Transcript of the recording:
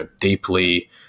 deeply